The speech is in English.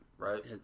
Right